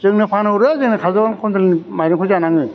जोंनो फानहरो जोंनो खाजलगाव कनट्रलनि माइरंखौ जानाङो